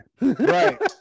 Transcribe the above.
Right